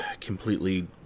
completely